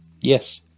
Yes